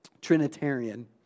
Trinitarian